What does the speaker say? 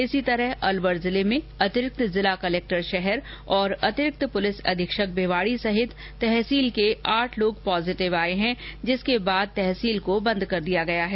इसी तरह अलवर जिले में अतिरिक्त जिला कलेक्टर शहर और अतिरिक्त पुलिस अधीक्षक भिवाड़ी सहित तहसील के आठ लोग पॉजिटिव आये हैं जिसके बाद तहसील को बंद कर दिया गया है